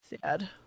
Sad